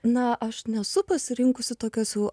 na aš nesu pasirinkusi tokios jau